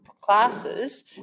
classes